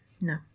no